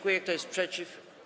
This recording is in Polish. Kto jest przeciw?